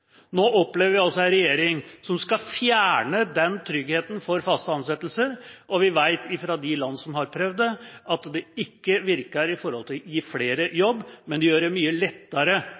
Nå opplever vi en regjering som skal fjerne tryggheten for fast ansettelse. Vi vet fra de land som har prøvd det, at det ikke virker når det gjelder å gi flere jobb, men det gjør det mye lettere